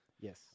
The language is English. Yes